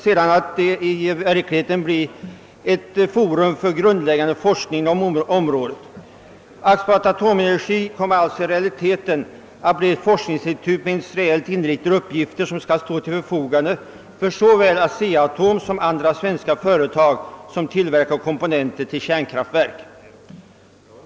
Detta blir ett forum för grundläggande forskning inom området och kommer alltså i verkligheten att vara ett forskningsinstitut med industriellt inriktade uppgifter, vilket skall stå till förfogande för såväl ASEA ATOM som andra svenska företag som tillverkar komponenter till kärnkraftverk.